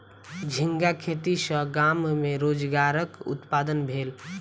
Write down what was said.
झींगा खेती सॅ गाम में रोजगारक उत्पादन भेल